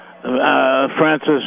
Francis